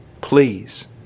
Please